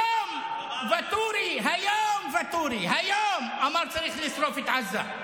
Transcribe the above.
היום ואטורי אמר שצריך לשרוף את עזה.